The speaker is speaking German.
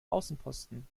außenposten